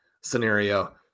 scenario